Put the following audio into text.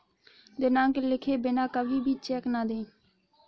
दिनांक लिखे बिना कभी भी चेक न दें